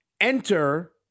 Enter